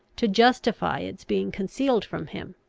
to justify its being concealed from him.